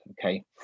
okay